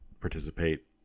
participate